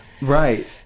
Right